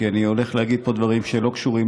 כי אני הולך להגיד פה דברים שלא קשורים